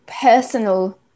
personal